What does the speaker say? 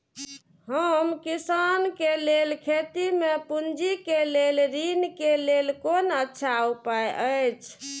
हम किसानके लेल खेती में पुंजी के लेल ऋण के लेल कोन अच्छा उपाय अछि?